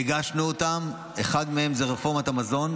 והגשנו אותן, אחת מהן היא רפורמת המזון,